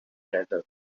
desert